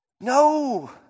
No